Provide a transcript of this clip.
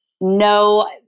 no